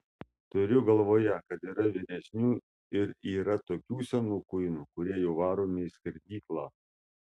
turiu galvoje kad yra vyresnių ir yra tokių senų kuinų kurie jau varomi į skerdyklą